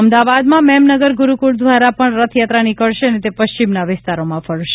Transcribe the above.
અમદાવાદમાં મેમનગર ગુરુકુલ દ્વારા પણ રથયાત્રા નીકળશે અને તે પશ્ચિમના વિસ્તારોમાં ફરશે